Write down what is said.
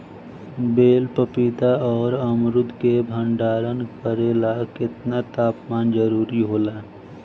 बेल पपीता और अमरुद के भंडारण करेला केतना तापमान जरुरी होला?